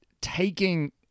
taking